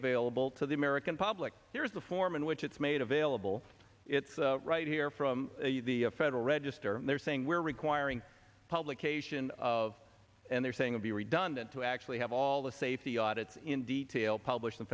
available to the american public here is the form in which it's made available it's right here from the federal register they're saying we're requiring publication of and they're saying be redundant to actually have all the safety audits in detail publish